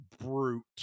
brute